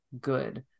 good